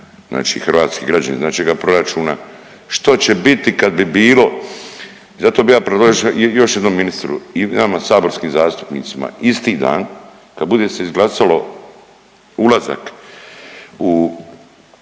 znači hrvatski građani iz našega proračuna. Što će biti kad bi bilo i zato bi ja predložio još jednom ministru i nama saborskim zastupnicima, isti dan kad bude se izglasalo ulazak u